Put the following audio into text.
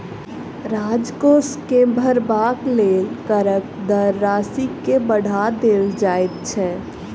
राजकोष के भरबाक लेल करक दर राशि के बढ़ा देल जाइत छै